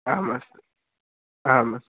आम् अस्तु आम् अस्तु